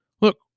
Look